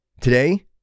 Today